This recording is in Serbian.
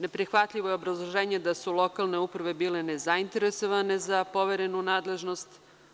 Neprihvatljivo je obrazloženje da su lokalne uprave bile nezainteresovane za poverenu nadležnost.